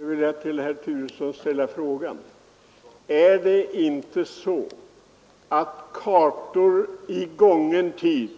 Herr talman! Jag skulle till herr Turesson vilja ställa frågan: Är det inte så att kartorna i gången tid